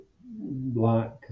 black